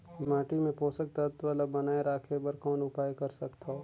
माटी मे पोषक तत्व ल बनाय राखे बर कौन उपाय कर सकथव?